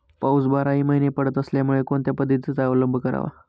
पाऊस बाराही महिने पडत असल्यामुळे कोणत्या पद्धतीचा अवलंब करावा?